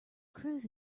cruise